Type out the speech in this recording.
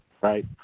right